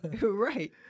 Right